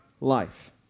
life